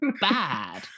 bad